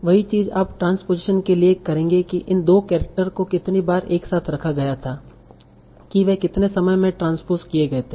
वही चीज आप ट्रांसपोज़ेशन के लिए करेंगे कि इन 2 केरेक्टर को कितनी बार एक साथ रखा गया था कि वे कितने समय में ट्रांसपोज़ किए गए थे